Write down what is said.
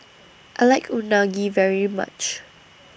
I like Unagi very much